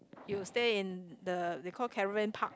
you stay in the they call caravan park